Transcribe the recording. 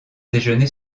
déjeuner